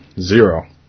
zero